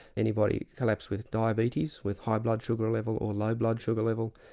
anybody collapsed with diabetes, with high blood sugar level or low blood sugar level,